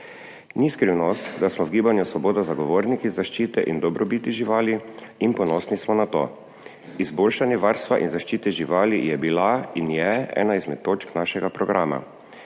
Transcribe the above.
Ni skrivnost, da smo v Gibanju Svoboda zagovorniki zaščite in dobrobiti živali, in ponosni smo na to. Izboljšanje varstva in zaščite živali je bilo in je ena izmed točk našega programa.